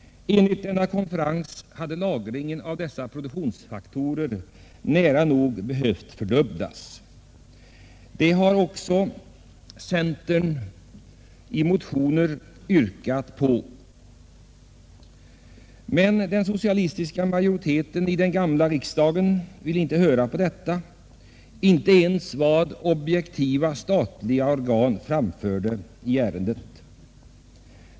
Enligt denna konferens har lagringen av dessa produktionsfaktorer nära nog behövt fördubblas. Det har också centern i motioner yrkat på. Men den socialistiska majoriteten i den gamla riksdagen ville inte lyssna, inte ens till vad objektiva statliga organ framförde i ärendet.